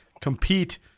compete